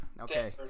Okay